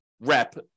rep